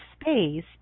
space